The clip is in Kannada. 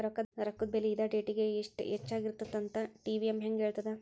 ರೊಕ್ಕದ ಬೆಲಿ ಇದ ಡೇಟಿಂಗಿ ಇಷ್ಟ ಹೆಚ್ಚಾಗಿರತ್ತಂತ ಟಿ.ವಿ.ಎಂ ಹೆಂಗ ಹೇಳ್ತದ